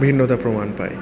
ভিন্নতা প্রমাণ পায়